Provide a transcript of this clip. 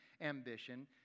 ambition